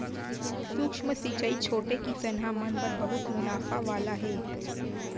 सूक्ष्म सिंचई छोटे किसनहा मन बर बहुत मुनाफा वाला हे